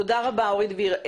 תודה רבה, אורי דביר.